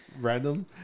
Random